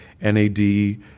NAD